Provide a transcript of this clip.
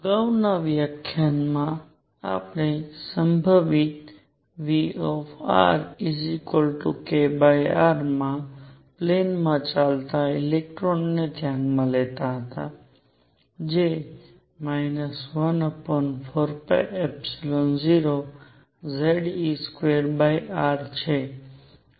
અગાઉના વ્યાખ્યાનમાં આપણે સંભવિત Vrkr માં પ્લૅન માં ચાલતા ઇલેક્ટ્રોનને ધ્યાનમાં લેતા હતાજે 140 છે